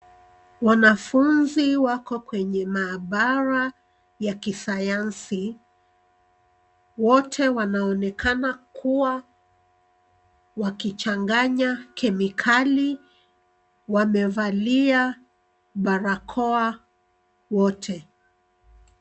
Wanafunzi wako kwenye maabara ya kisayansi, wote wanaonekana kuwa wakichanganya kemikali. Wamevalia barakoa wote.